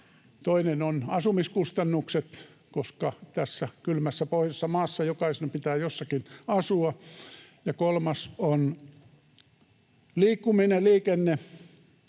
Toinen on asumiskustannukset, koska tässä kylmässä pohjoisessa maassa jokaisen pitää jossakin asua. Ja kolmas on liikkuminen, liikenne,